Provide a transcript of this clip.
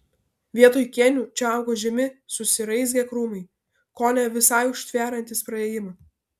vietoj kėnių čia augo žemi susiraizgę krūmai kone visai užtveriantys praėjimą